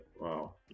wow